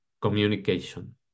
communication